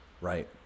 right